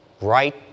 right